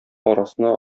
арасына